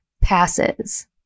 passes